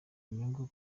inyungu